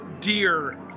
dear